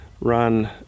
run